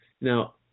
Now